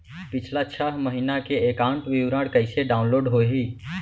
पिछला छः महीना के एकाउंट विवरण कइसे डाऊनलोड होही?